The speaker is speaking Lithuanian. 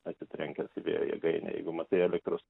atsitrenkęs į vėjo jėgainę jeigu matai elektros